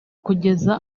kugeza